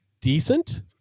decent